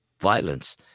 violence